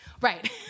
Right